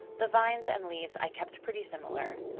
the vines and leaves i kept pretty similar.